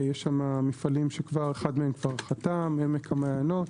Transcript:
יש שם מפעלים שאחד מהם כבר חתם, עמק המעיינות.